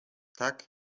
tak